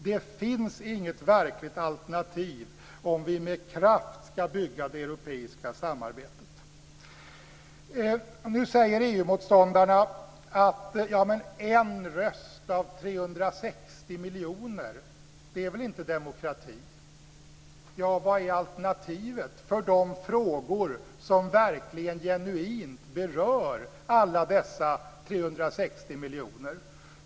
Det finns inget verkligt alternativ om vi med kraft skall bygga det europeiska samarbetet. Nu säger EU-motståndarna att en röst av 360 miljoner inte är demokrati. Vad är alternativet när det gäller de frågor som verkligen genuint berör alla dessa 360 miljoner?